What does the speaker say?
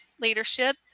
leadership